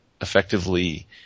effectively